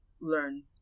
learn